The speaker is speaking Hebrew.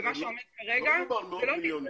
מה שעומד כרגע -- לא מדובר על מאות מיליונים.